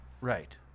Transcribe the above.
right